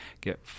get